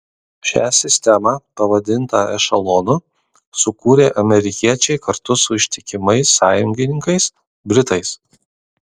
šią sistemą pavadintą ešelonu sukūrė amerikiečiai kartu su ištikimais sąjungininkais britais